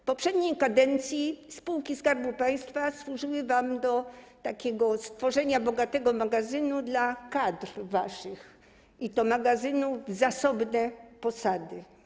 W poprzedniej kadencji spółki Skarbu Państwa służyły wam do takiego stworzenia bogatego magazynu dla waszych kadr, i to magazynu zasobnego w posady.